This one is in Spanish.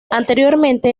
anteriormente